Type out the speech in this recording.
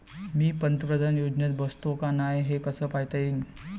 मी पंतप्रधान योजनेत बसतो का नाय, हे कस पायता येईन?